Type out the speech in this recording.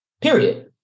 period